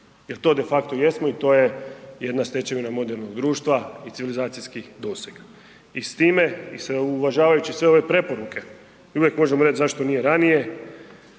Jel to defakto jesmo i to je jedna stečevina modernog društva i civilizacijskih dosega. I s time i uvažavajući sve ove preporuke i uvijek možemo reć zašto nije ranije.